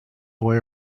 boy